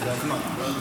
ערב פסח, זה הזמן.